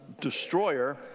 destroyer